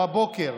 או הבוקר,